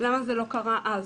למה זה לא קרה אז?